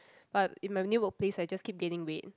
but in my new workplace I just keep gaining weight